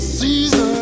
season